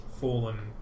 fallen